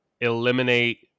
eliminate